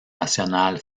national